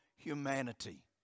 Humanity